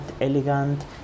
elegant